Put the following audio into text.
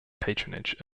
patronage